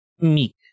meek